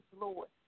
Lord